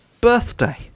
birthday